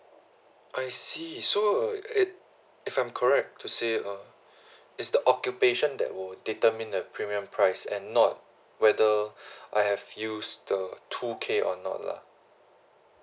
I see so uh it if I'm correct to say uh it's the occupation that would determine the premium price and not whether I have used the two K or not lah